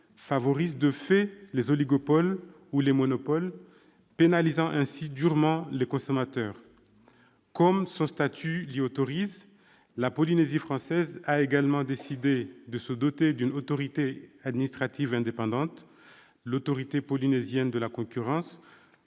favorisent de fait les oligopoles et les monopoles. Dès lors, les consommateurs se trouvent durement pénalisés. Comme son statut l'y autorise, la Polynésie française a également décidé de se doter d'une autorité administrative indépendante, l'autorité polynésienne de la concurrence,